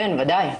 בוודאי.